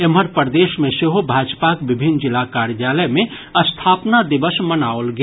एम्हर प्रदेश मे सेहो भाजपाक विभिन्न जिला कार्यालय मे स्थापना दिवस मनाओल गेल